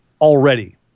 already